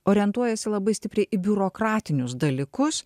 orientuojasi labai stipriai į biurokratinius dalykus